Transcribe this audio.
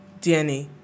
DNA